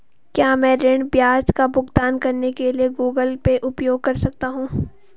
क्या मैं ऋण ब्याज का भुगतान करने के लिए गूगल पे उपयोग कर सकता हूं?